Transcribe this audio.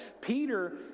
Peter